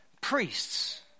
priests